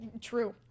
True